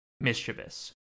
mischievous